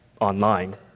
online